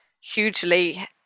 hugely